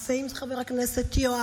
אם זו חברת הכנסת מרב ואם זה חבר הכנסת יואב